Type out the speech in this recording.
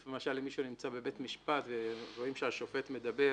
למשל אם מישהו נמצא בבית משפט ורואים שהשופט מדבר